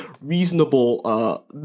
reasonable